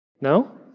No